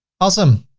awesome.